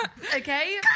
Okay